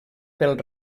pel